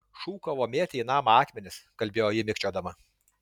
šūkavo mėtė į namą akmenis kalbėjo ji mikčiodama